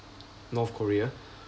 north korea